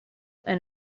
and